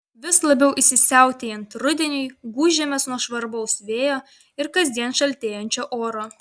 vis labiau įsisiautėjant rudeniui gūžiamės nuo žvarbaus vėjo ir kasdien šaltėjančio oro